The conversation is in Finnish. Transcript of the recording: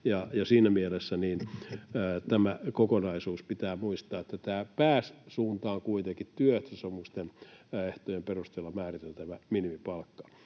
Siinä mielessä tämä kokonaisuus pitää muistaa, että pääsuunta on kuitenkin työehtosopimusten ehtojen perusteella määriteltävä minimipalkka,